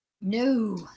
No